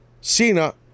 Cena